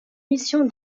mission